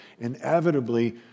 inevitably